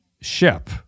ship